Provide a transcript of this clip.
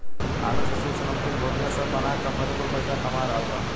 आलू से चिप्स, नमकीन, भुजिया सब बना के कंपनी कुल पईसा कमा रहल बा